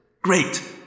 Great